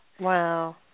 Wow